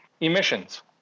emissions